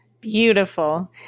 Beautiful